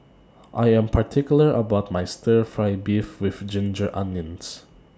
I Am particular about My Stir Fry Beef with Ginger Onions